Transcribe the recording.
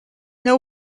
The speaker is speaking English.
know